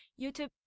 YouTube